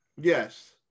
Yes